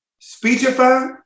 speechify